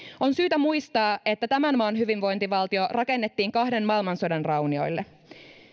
on syytä muistaa että tämän maan hyvinvointivaltio rakennettiin kahden maailmansodan raunioille